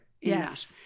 Yes